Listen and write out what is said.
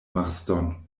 marston